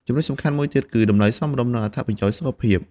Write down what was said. ចំណុចសំខាន់មួយទៀតគឺ តម្លៃសមរម្យ និងអត្ថប្រយោជន៍សុខភាព។